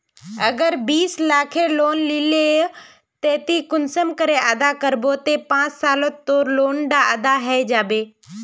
अगर बीस लाखेर लोन लिलो ते ती कुंसम करे अदा करबो ते पाँच सालोत तोर लोन डा अदा है जाबे?